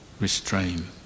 restrain